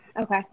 Okay